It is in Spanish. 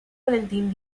valentín